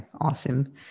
awesome